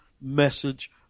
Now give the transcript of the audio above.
message